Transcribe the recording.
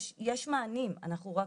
יש מענים, אנחנו רק